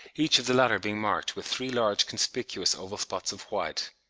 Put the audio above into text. each of the latter being marked with three large conspicuous oval spots of white.